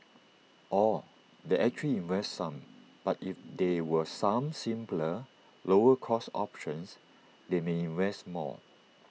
or they actually invest some but if there were some simpler lower cost options they may invest more